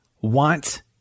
want